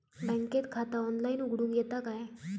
बँकेत खाता ऑनलाइन उघडूक येता काय?